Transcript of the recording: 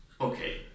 Okay